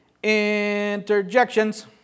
Interjections